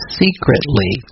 secretly